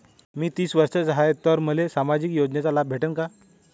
मी तीस वर्षाचा हाय तर मले सामाजिक योजनेचा लाभ भेटन का?